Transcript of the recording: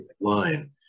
line